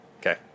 Okay